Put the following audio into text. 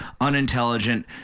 unintelligent